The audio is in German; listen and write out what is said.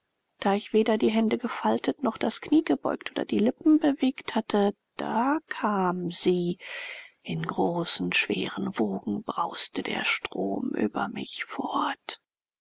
da ich weder die hände gefaltet noch das knie gebeugt oder die lippen bewegt hatte da kam sie in großen schweren wogen brauste der strom über mich fort